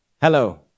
Hello